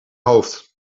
hoofd